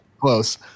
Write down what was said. close